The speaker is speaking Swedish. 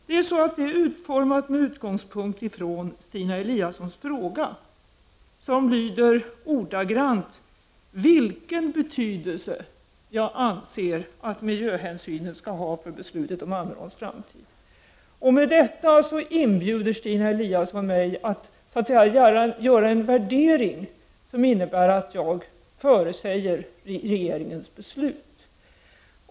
Det är utformat med utgångspunkt i Stina Eliassons fråga, som ordagrant lyder: Vilken betydelse anser miljöoch energiminister Birgitta Dahl att miljöhänsynen skall ha för beslutet om Ammeråns framtid? Med detta inbjuder Stina Eliasson mig att göra en värdering som innebär att jag förutsäger regeringens beslut.